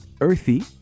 earthy